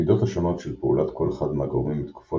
המידות השונות של פעולת כל אחד מהגורמים בתקופות